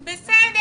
שוב,